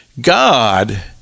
God